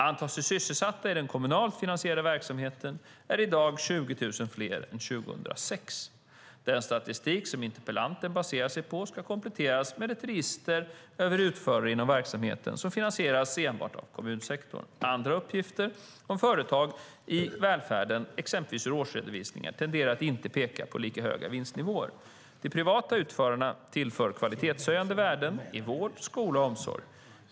Antalet sysselsatta i den kommunalt finansierade verksamheten är i dag 20 000 fler än 2006. Den statistik som interpellanten baserar sig på ska kompletteras med ett register över utförare inom verksamheter som finansieras enbart av kommunsektorn. Andra uppgifter om företag i välfärden, exempelvis ur årsredovisningar, tenderar att inte peka på lika höga vinstnivåer. De privata utförarna tillför kvalitetshöjande värden i vård, skola och omsorg.